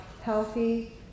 healthy